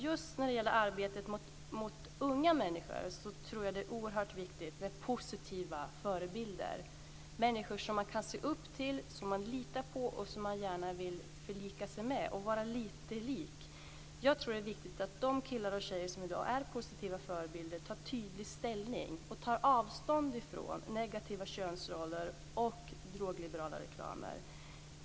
Just när det gäller arbetet med unga människor tror jag att det är oerhört viktigt med positiva förebilder, människor som de kan se upp till, som de litar på, som de gärna vill förlika sig med och som de vill vara lite lika. Jag tror att det är viktigt att de killar och tjejer som i dag är positiva förebilder tar tydlig ställning och tar avstånd från negativa könsroller och drogliberala reklamer.